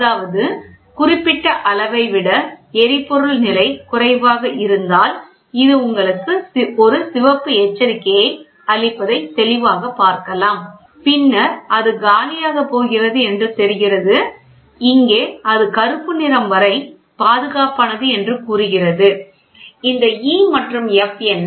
அதாவது குறிப்பிட்ட அளவை விட எரிபொருள் நிலை குறைவாக இருந்தால் இது உங்களுக்கு ஒரு சிவப்பு எச்சரிக்கையை அளிப்பதை தெளிவாக பார்க்கலாம் பின்னர் அது காலியாக போகிறது என்று தெரிகிறது இங்கே அது கருப்பு நிறம் வரை பாதுகாப்பானது என்று கூறுகிறது இந்த E மற்றும் F என்ன